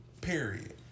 Period